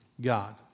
God